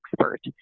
expert